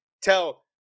tell